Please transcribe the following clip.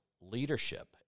leadership